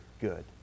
good